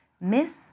Miss